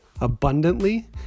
abundantly